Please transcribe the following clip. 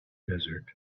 desert